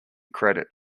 credit